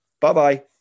Bye-bye